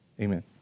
amen